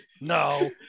No